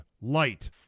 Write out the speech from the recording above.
light